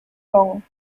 gong